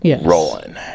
rolling